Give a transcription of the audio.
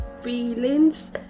feelings